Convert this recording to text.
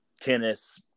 tennis